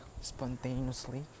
spontaneously